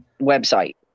website